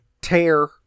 tear